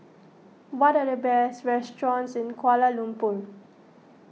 what are the best restaurants in Kuala Lumpur